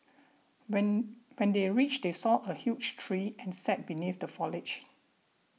when when they reached they saw a huge tree and sat beneath the foliage